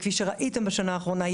כפי שראיתם בשנה האחרונה,